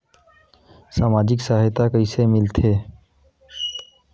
समाजिक सहायता कइसे मिलथे?